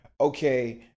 okay